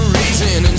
reason